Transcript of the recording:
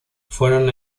fueron